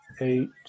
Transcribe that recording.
eight